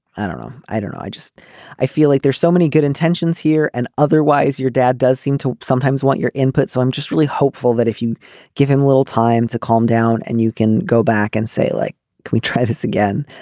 i don't know. i don't know i just i feel like there's so many good intentions here and otherwise your dad does seem to sometimes want your input so i'm just really hopeful that if you give him a little time to calm down and you can go back and say like can we try this again.